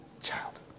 child